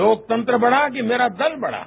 लोकतंत्र बडा कि मेरा दल बडा